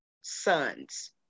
sons